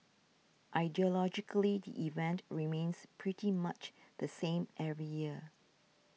ideologically the event remains pretty much the same every year